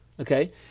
okay